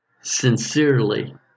sincerely